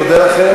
אני מודה לכם.